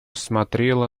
смотрела